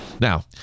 Now